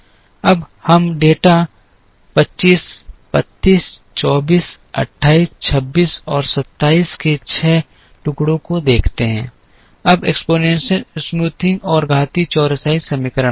अब हम डेटा 25 32 24 28 26 और 27 के 6 टुकड़ों को देखते हैं अब घातीय चौरसाई समीकरण आता है